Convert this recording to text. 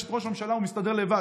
יש את ראש הממשלה, הוא מסתדר לבד.